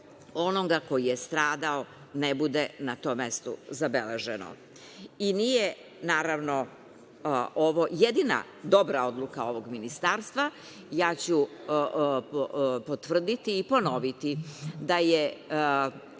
onoga ko je stradao ne bude na tom mestu zabeleženo. Naravno, nije ovo jedina dobra odluka ovog ministarstva. Potvrdiću i ponoviću da je